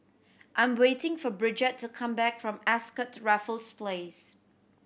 I'm waiting for Bridgette to come back from Ascott Raffles Place